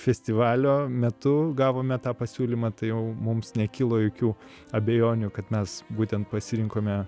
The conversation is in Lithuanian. festivalio metu gavome tą pasiūlymą tai jau mums nekilo jokių abejonių kad mes būtent pasirinkome